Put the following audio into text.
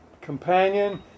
companion